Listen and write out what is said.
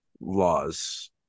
laws